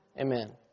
Amen